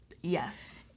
Yes